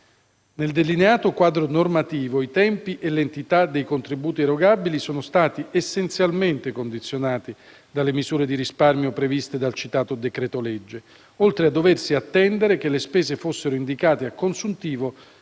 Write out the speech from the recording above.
Nel delineato quadro normativo, i tempi e l'entità dei contributi erogabili sono stati essenzialmente condizionati dalle misure di risparmio previste dal citato decreto-legge: oltre a doversi attendere che le spese fossero indicate a consuntivo